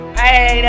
hey